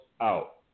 out